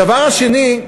הדבר השני,